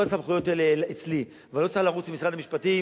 כל הסמכויות האלה אצלי ולא צריך לרוץ למשרד המשפטים,